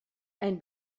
ein